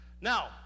Now